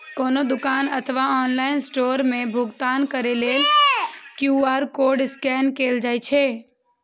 कोनो दुकान अथवा ऑनलाइन स्टोर मे भुगतान करै लेल क्यू.आर कोड स्कैन कैल जाइ छै